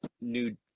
new